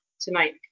tonight